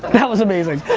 that was amazing.